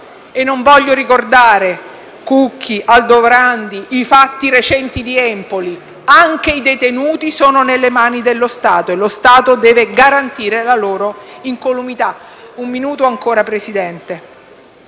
non voglio ricordare Cucchi, Aldovrandi e i fatti recenti di Empoli. Anche i detenuti sono nelle mani dello Stato, che deve garantire la loro incolumità. Si deve